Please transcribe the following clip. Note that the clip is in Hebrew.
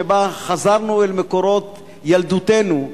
שבו חזרנו אל מקורות ילדותנו,